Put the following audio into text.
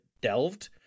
delved